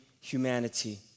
humanity